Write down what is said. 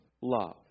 love